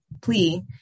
plea